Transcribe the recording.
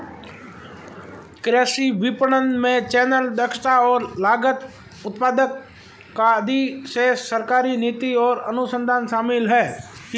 कृषि विपणन में चैनल, दक्षता और लागत, उत्पादक का अधिशेष, सरकारी नीति और अनुसंधान शामिल हैं